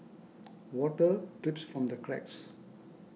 water drips from the cracks